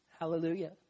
Hallelujah